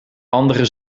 andere